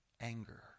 anger